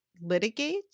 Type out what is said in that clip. litigate